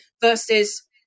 Versus